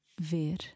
ver